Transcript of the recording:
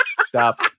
stop